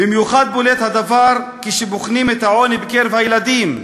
במיוחד בולט הדבר כשבוחנים את העוני בקרב הילדים: